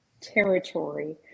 territory